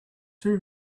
two